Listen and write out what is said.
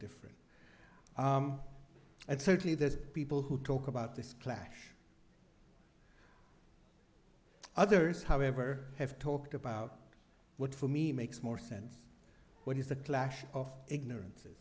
different and certainly there's people who talk about this clash others however have talked about what for me makes more sense what is the clash of ignorance